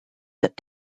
that